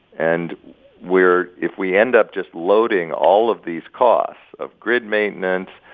and we're if we end up just loading all of these costs of grid maintenance,